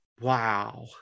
wow